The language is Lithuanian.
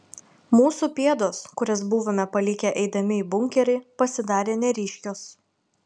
mūsų pėdos kurias buvome palikę eidami į bunkerį pasidarė neryškios